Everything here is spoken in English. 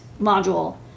module